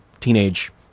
teenage